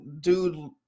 dude